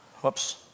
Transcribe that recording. Whoops